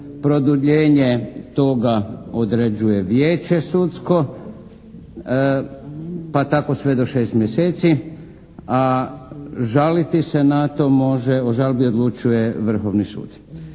produljenje toga određuje Vijeće sudsko, pa tako sve do 6 mjeseci a žaliti se na to može, o žalbi odlučuje Vrhovni sud.